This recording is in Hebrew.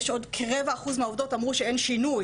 כרבע אחוז מהעובדות אמרו שאין שינוי,